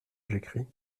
j’écris